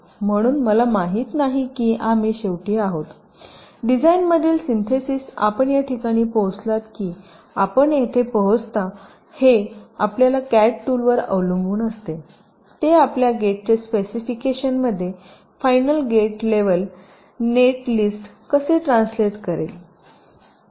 म्हणून मला माहित नाही की आम्ही शेवटी आहोतडिझाईनमधील सिन्थेसिसआपण या ठिकाणी पोहोचलात की आपण येथे पोहचता हे आपल्या कॅड टूल वर अवलंबून असते ते आपल्या गेटचे स्पेसिफिकेशन मध्ये final gate level netlist कसे ट्रान्सलेट करेल